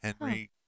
Henry